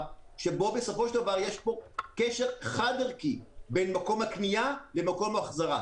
שיש קשר חד ערכי בין מקום הקנייה לבין מקום ההחזרה.